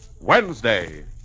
Wednesday